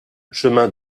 chemin